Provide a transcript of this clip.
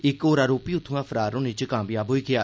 इक होर आरोपी उत्थुआं फरार होने च कामयाब होई गेआ